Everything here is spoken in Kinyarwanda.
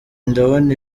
ndabona